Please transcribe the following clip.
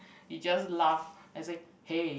he just laugh and say hey